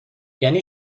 یعنی